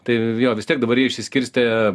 tai jo vis tiek dabar jie išsiskirstė